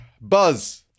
Buzz